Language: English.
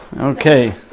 Okay